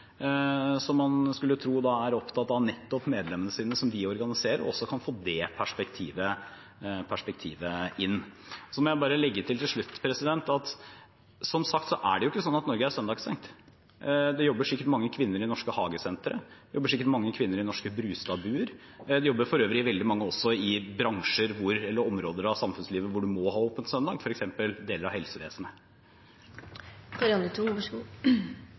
som man skulle tro – nettopp fordi de er opptatt av medlemmene som de organiserer – også kan få det perspektivet inn. Jeg vil til slutt legge til, som jeg også har sagt, at det ikke er slik at Norge er søndagsstengt. Det jobber sikkert mange kvinner i norske hagesentre. Det jobber sikkert mange kvinner i norske Brustad-buer. Det jobber for øvrig også veldig mange på områder av samfunnslivet hvor man må ha åpent på søndager, f.eks. i deler av